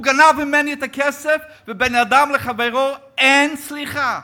הוא גנב ממני את הכסף, ובבין אדם לחברו אין סליחה.